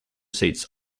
seats